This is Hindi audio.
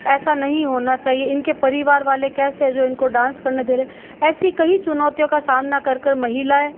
ऐसा नहीं होना चाहिए इनके परिवार वाले कैसे है जो इनको डांस करने दे रहे है ऐसी कई चुनौतीयों का सामना कर कर महिलाएं